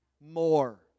More